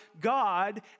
God